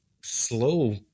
slow